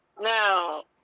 Now